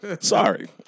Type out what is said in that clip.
Sorry